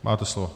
Máte slovo.